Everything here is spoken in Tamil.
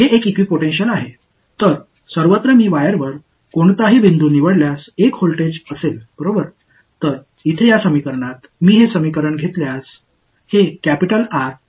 எனவே நான் இந்த சமன்பாட்டை எடுத்துக் கொண்டால் இங்கே இந்த R ஒரு செயல்பாடு இது உண்மையில் இதை போலவே எழுதப்பட்டுள்ளது